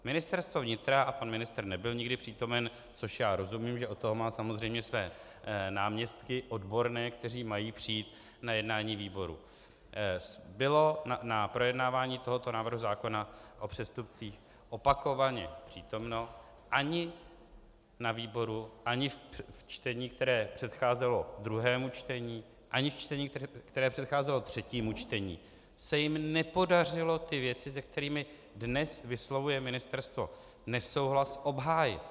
Ministerstvo vnitra a pan ministr nebyl nikdy přítomen, čemuž já rozumím, že od toho má samozřejmě své odborné náměstky, kteří mají přijít na jednání výboru bylo na projednávání tohoto návrhu zákona o přestupcích opakovaně přítomno, ani na výboru ani v čtení, které předcházelo druhému čtení, ani v čtení, které předcházelo třetímu čtení, se jim nepodařilo ty věci, se kterými dnes vyslovuje ministerstvo nesouhlas, obhájit.